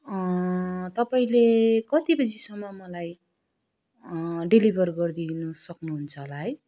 तपाईँले कति बजीसम्म मलाई डेलिभर गरिदिनु सक्नुहुन्छ होला है